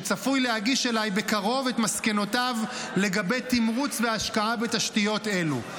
שצפוי להגיש לי בקרוב את מסקנותיו לגבי תמרוץ והשקעה בתשתיות אלו.